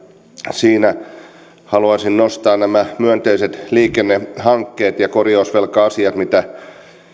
siinä haluaisin nostaa nämä myönteiset liikennehankkeet ja korjausvelka asiat mitä